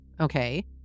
Okay